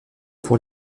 pour